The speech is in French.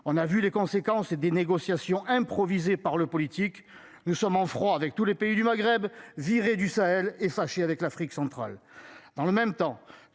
On a vu les conséquences et des négociations improvisées par le politique. Nous sommes en froid avec tous les pays du Maghreb viré du Sahel et fâchée avec l'Afrique centrale. Dans le même temps,